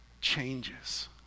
changes